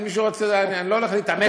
אני לא הולך להתעמת פה בעניין הזה.